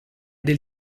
del